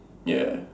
ya